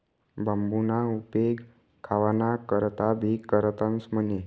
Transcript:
बांबूना उपेग खावाना करता भी करतंस म्हणे